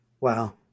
Wow